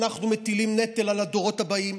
אנחנו מטילים נטל על הדורות הבאים.